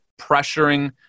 pressuring